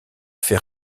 fait